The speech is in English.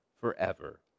forever